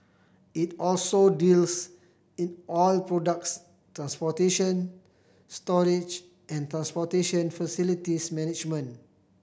it also deals in oil products transportation storage and transportation facilities management